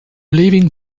leaving